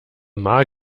maar